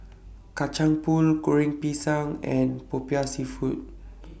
Kacang Pool Goreng Pisang and Popiah Seafood